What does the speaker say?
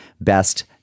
Best